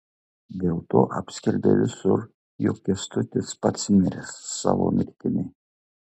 dėlto apskelbė visur jog kęstutis pats miręs savo mirtimi